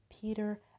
Peter